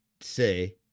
say